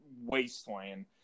wasteland